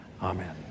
Amen